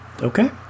Okay